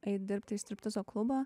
eit dirbt į striptizo klubą